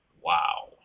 Wow